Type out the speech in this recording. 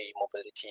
mobility